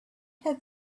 have